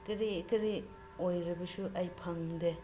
ꯀꯔꯤ ꯀꯔꯤ ꯑꯣꯏꯔꯕꯁꯨ ꯑꯩ ꯐꯪꯗꯦ